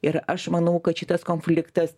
ir aš manau kad šitas konfliktas